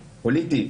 פוליטי,